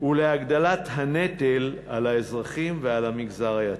ואת הנטל על האזרחים ועל המגזר היצרני.